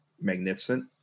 magnificent